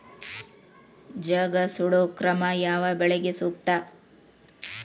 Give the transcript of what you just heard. ಜಗಾ ಸುಡು ಕ್ರಮ ಯಾವ ಬೆಳಿಗೆ ಸೂಕ್ತ?